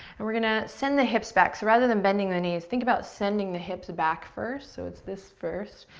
and we're gonna send the hips back. rather than bending the knees, think about sending the hips back first, so it's this first,